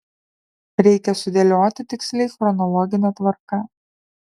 reikia sudėlioti tiksliai chronologine tvarka